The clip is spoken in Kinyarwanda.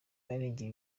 arengera